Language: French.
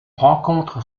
rencontre